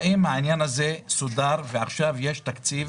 האם העניין הזה סודר ועכשיו יש תקציב